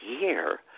year